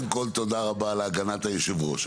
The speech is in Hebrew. קודם כל, תודה על הגנת היושב ראש.